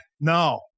No